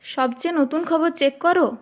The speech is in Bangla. সবচেয়ে নতুন খবর চেক করো